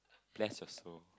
bless your soul